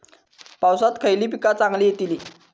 पावसात खयली पीका चांगली येतली?